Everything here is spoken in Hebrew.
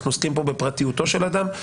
אנחנו עוסקים כאן בפרטיותו של אדם,